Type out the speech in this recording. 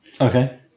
Okay